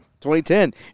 2010